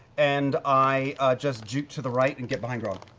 and i just juke to the right and get behind grog.